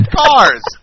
cars